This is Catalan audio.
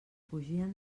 fugien